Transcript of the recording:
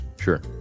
Sure